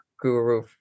guru